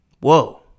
Whoa